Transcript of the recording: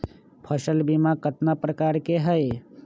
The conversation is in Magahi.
फसल बीमा कतना प्रकार के हई?